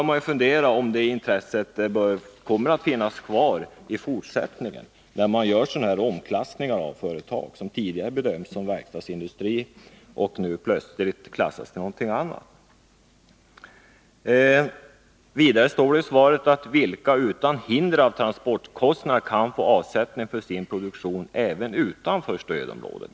Man undrar om det intresset kommer att finnas kvar i fortsättningen, när det görs sådana här omklassningar av företag, som tidigare bedömts såsom verkstadsindustri men nu plötsligt klassas såsom någonting annat. I svaret talas också om företag, ”vilka utan hinder av transportkostnaderna kan få avsättning för sin produktion även utanför stödområdet”.